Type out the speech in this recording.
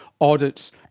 audits